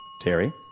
Terry